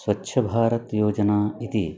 स्वच्छभारतं योजना इति